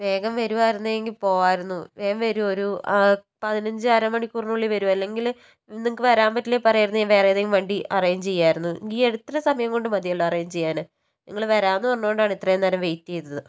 വേഗം വരുമായിരുന്നെങ്കിൽ പോകാരുന്നു വേഗം വരൂ ഒരു പതിനഞ്ചു അര മണിക്കൂറിനുള്ളില് വരൂ അല്ലെങ്കിൽ നിങ്ങൾക്ക് വരാന് പറ്റില്ലെങ്കില് പറയാമായിരുന്നു ഞാന് വേറെ ഏതെങ്കിലും വണ്ടി അറേഞ്ച് ചെയ്യാമായിരുന്നു ഈ എത്ര സമയം മതിയല്ലോ അറേഞ്ച് ചെയ്യാന് നിങ്ങൾ വരാമെന്നു പറഞ്ഞതുകൊണ്ടാണ് ഇത്രയും നേരം വെയിറ്റ് ചെയ്തത്